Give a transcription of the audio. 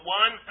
one